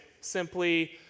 simply